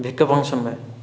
ଭିକ ଫଙ୍କସନ୍ ଭାଇ